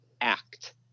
act